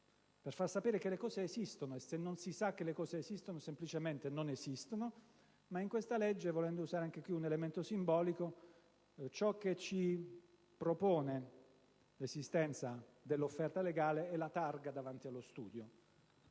per far sapere che le cose esistono. Se non si sa che esistono, semplicemente non esistono. In questa legge, volendo utilizzare un altro elemento simbolico, ciò che ci propone l'esistenza dell'offerta legale è la targa davanti allo studio.